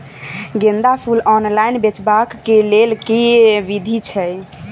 गेंदा फूल ऑनलाइन बेचबाक केँ लेल केँ विधि छैय?